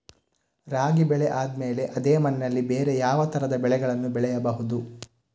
ರಾಗಿ ಬೆಳೆ ಆದ್ಮೇಲೆ ಅದೇ ಮಣ್ಣಲ್ಲಿ ಬೇರೆ ಯಾವ ತರದ ಬೆಳೆಗಳನ್ನು ಬೆಳೆಯಬಹುದು?